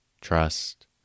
trust